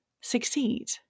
succeed